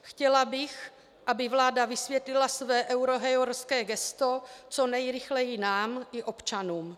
Chtěla bych, aby vláda vysvětlila své eurohujerské heslo co nejrychleji nám i občanům.